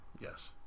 yes